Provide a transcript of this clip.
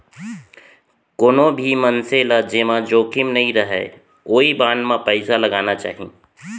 कोनो भी मनसे ल जेमा जोखिम नइ रहय ओइ बांड म पइसा लगाना चाही